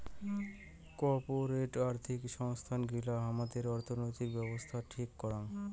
corporate আর্থিক সংস্থান গিলা হামাদের অর্থনৈতিক ব্যাবছস্থা ঠিক করাং